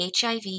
HIV